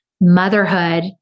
motherhood